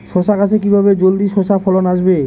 শশা গাছে কিভাবে জলদি শশা ফলন আসবে?